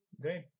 great